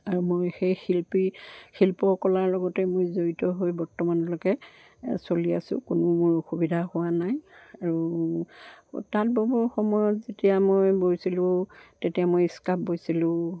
আৰু মই সেই শিল্পী শিল্পকলাৰ লগতে মই জড়িত হৈ বৰ্তমানলৈকে চলি আছোঁ কোনো মোৰ অসুবিধা হোৱা নাই আৰু তাঁত ব'বৰ সময়ত যেতিয়া মই বৈছিলোঁ তেতিয়া মই স্কাৰ্ফ বৈছিলোঁ